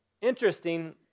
Interesting